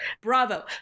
Bravo